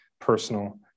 personal